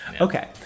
Okay